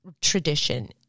tradition